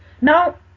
Now